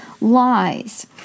lies